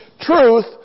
truth